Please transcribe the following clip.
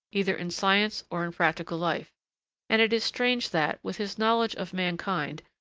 either in science or in practical life and it is strange that, with his knowledge of mankind,